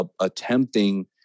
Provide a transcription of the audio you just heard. attempting